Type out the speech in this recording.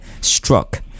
struck